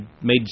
made